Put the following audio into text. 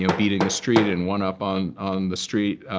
you know beating the street, and one up on on the street,